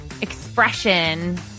expression